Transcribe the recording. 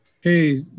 Hey